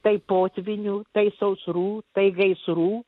tai potvynių tai sausrų tai gaisrų